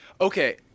Okay